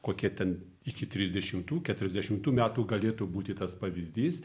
kokie ten iki trisdešimtų keturiasdešimtų metų galėtų būti tas pavyzdys